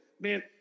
man